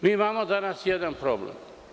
Mi imamo danas jedan problem.